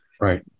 right